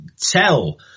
tell